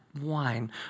wine